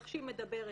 איך שהיא מדברת,